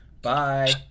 Bye